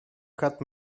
cut